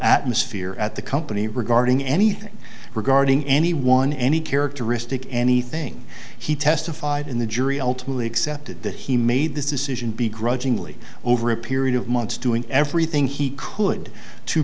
atmosphere at the company regarding anything regarding anyone any characteristic anything he testified in the jury ultimately accepted that he made this decision be grudgingly over a period of months doing everything he could to